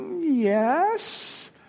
yes